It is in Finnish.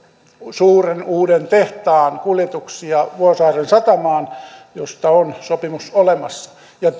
suuren uuden tehtaan kuljetuksia vuosaaren satamaan josta on sopimus olemassa ja